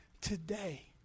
today